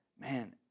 man